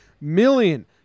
million